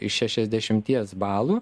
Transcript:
iš šešiasdešimties balų